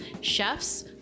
chefs